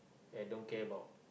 and don't care about